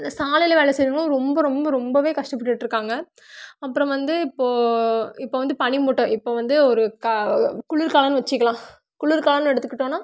சாலையில் வேலை செய்கிறவங்களாம் ரொம்ப ரொம்ப ரொம்பவே கஷ்டப்பட்டுட்ருக்காங்க அப்புறோம் வந்து இப்போ இப்போ வந்து பனி மூட்டம் இப்போ வந்து ஒரு குளிர்காலனு வச்சிக்கலாம் குளிர்காலோனு எடுத்துக்கிட்டோனா